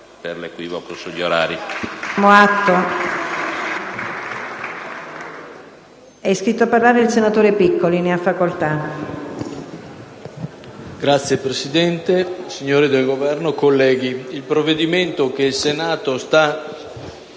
Signora Presidente, signori del Governo, colleghi, il provvedimento che il Senato sta